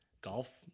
golf